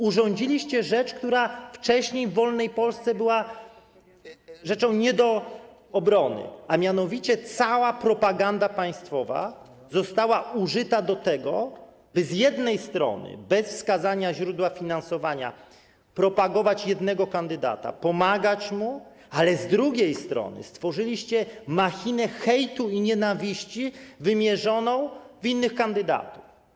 Urządziliście rzecz, która wcześniej w wolnej Polsce była rzeczą nie do obrony, a mianowicie cała propaganda państwowa została użyta do tego, by z jednej strony bez wskazania źródła finansowania propagować jednego kandydata, pomagać mu, a z drugiej strony stworzyliście machinę hejtu i nienawiści wymierzoną w innych kandydatów.